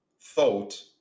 thought